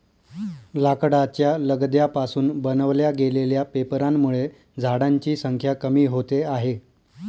लाकडाच्या लगद्या पासून बनवल्या गेलेल्या पेपरांमुळे झाडांची संख्या कमी होते आहे